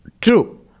True